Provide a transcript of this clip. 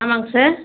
ஆமாங்க சார்